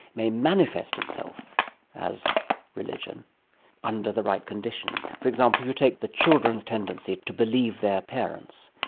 may manifest itself as religion under the right conditions. for example, if you take the children's tendency to believe their parents,